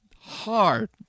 hard